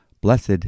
blessed